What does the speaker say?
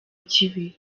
kibi